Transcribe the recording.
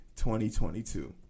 2022